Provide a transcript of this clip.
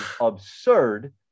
absurd